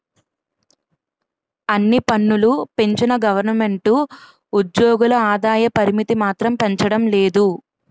అన్ని పన్నులూ పెంచిన గవరమెంటు ఉజ్జోగుల ఆదాయ పరిమితి మాత్రం పెంచడం లేదు